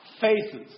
faces